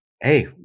hey